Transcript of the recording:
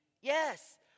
Yes